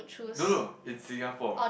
no no in Singapore